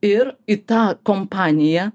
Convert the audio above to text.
ir į tą kompaniją